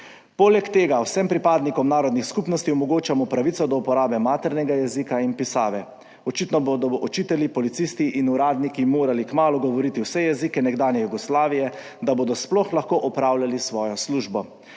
Poleg tega vsem pripadnikom narodnih skupnosti omogočamo pravico do uporabe maternega jezika in pisave. Očitno bodo učitelji, policisti in uradniki morali kmalu govoriti vse jezike nekdanje Jugoslavije, da bodo sploh lahko opravljali svojo službo.